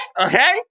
okay